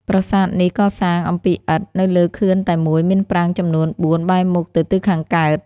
ប្រាសាទនេះកសាង អំពីឥដ្ឋ នៅលើខឿនតែមួយ មានប្រាង្គ ចំនួន ៤ បែរមុខទៅទិសខាងកើត។